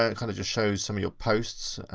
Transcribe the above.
ah and kind of just shows some of your posts.